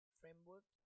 framework